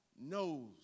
knows